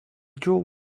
draw